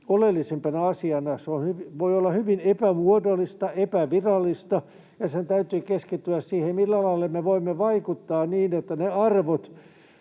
oleellisimpana asiana. Se voi olla hyvin epämuodollista, epävirallista ja sen täytyy keskittyä siihen, millä lailla me voimme vaikuttaa niin, että ne arvot,